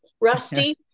rusty